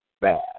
bad